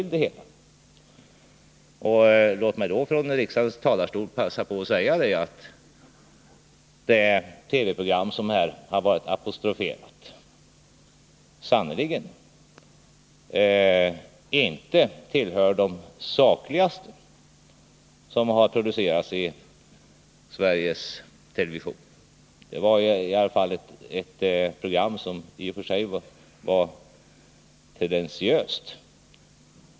Låt mig här från kammarens talarstol passa på att säga att det TV-program som här har apostroferats sannerligen inte tillhör de sakligaste som har producerats i Sveriges television. Det var ett program som i sig var tendentiöst.